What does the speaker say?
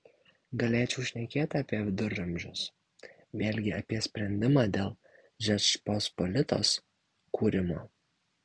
galėčiau šnekėti apie viduramžius vėlgi apie sprendimą dėl žečpospolitos kūrimo